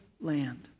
land